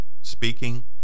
speaking